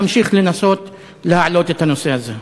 נמשיך לנסות להעלות את הנושא הזה.